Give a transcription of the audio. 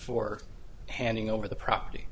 for handing over the property